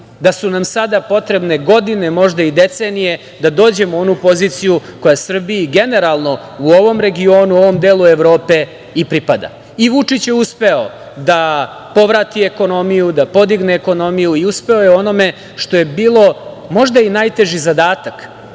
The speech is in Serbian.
da su nam sada potrebne godine, možda i decenije, da dođemo u onu poziciju koja Srbiji generalno u ovom regionu, u ovom delu Evrope i pripada. Vučić je uspeo da povrati ekonomiju, da podigne ekonomiju i uspeo je u onome što je bio možda i najteži zadatak